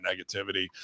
negativity